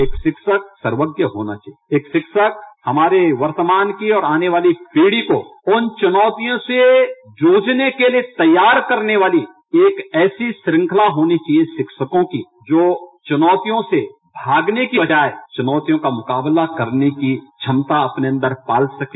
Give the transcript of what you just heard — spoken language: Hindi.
एक शिक्षक को सर्वज्ञ होना चाहिये एक शिक्षक हमारे वर्तमान की और आने वाली पीढ़ी को उन चुनौतियों से जूझने के लिये तैयार करने वाली एक ऐसी श्रेखला होनी चाहिये शिक्षकों की जो चुनौतियों से भागने की बजाए चुनौतियों का मुकाबला करने की क्षमता अपने अन्दर पाल सके